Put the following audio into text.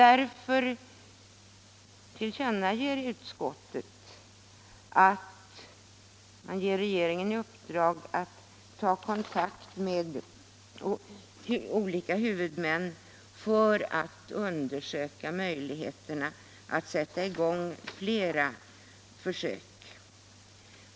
Därför anser utskottet att riksdagen bör uppdra åt regeringen att ta kontakt med vederbörande huvudmän för att undersöka möjligheterna att sätta i gång flera försök.